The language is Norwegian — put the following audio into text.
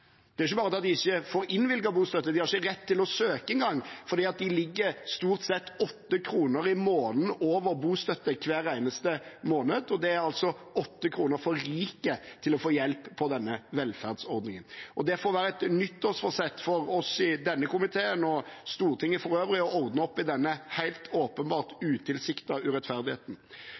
Det er ikke bare det at de ikke får innvilget bostøtte; de har ikke rett til å søke engang, fordi de ligger stort sett 8 kr over grensen for å få bostøtte hver eneste måned. De er altså 8 kr for rike til å få hjelp fra denne velferdsordningen. Det må være et nyttårsforsett for både oss i denne komiteen og Stortinget for øvrig å ordne opp i denne helt åpenbart utilsiktede urettferdigheten.